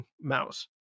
mouse